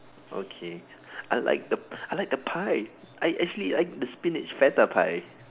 okay I like the I like the pie I actually like the spinach Feta pie